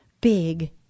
big